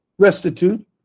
Restitute